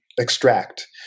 extract